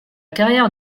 carrière